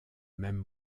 même